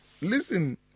Listen